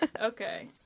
Okay